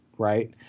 Right